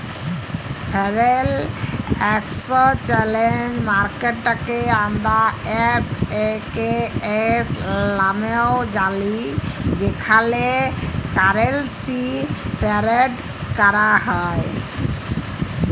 foreign একেসচ্যালেজ মার্কেটকে আমরা এফ.এ.কে.এস লামেও জালি যেখালে কারেলসি টেরেড ক্যরা হ্যয়